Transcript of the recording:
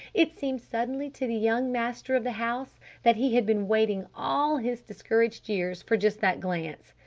it seemed suddenly to the young master of the house that he had been waiting all his discouraged years for just that glance.